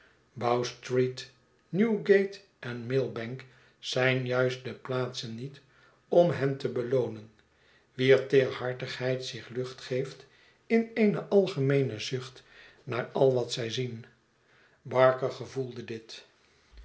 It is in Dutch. newgate en millbank zijn juist de plaatsen niet om hen te beloonen wier teerhartigheid zich lucht geeft in eene algemeene zucht naar al wat zij zien barker gevoelde dit